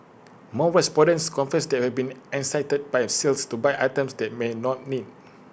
more respondents confess they have been enticed by A sales to buy items they may not need